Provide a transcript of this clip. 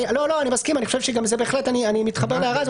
אני מתחבר להערה הזאת.